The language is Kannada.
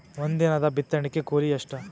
ಒಂದಿನದ ಬಿತ್ತಣಕಿ ಕೂಲಿ ಎಷ್ಟ?